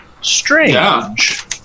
Strange